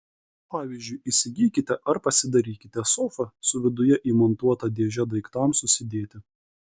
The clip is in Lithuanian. pavyzdžiui įsigykite ar pasidarykite sofą su viduje įmontuota dėže daiktams susidėti